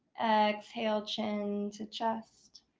exhale. chin to chest.